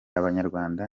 abanyarwanda